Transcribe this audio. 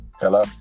Hello